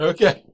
Okay